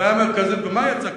הבעיה המרכזית, על מה יצא קצפי?